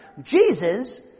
Jesus